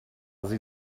sie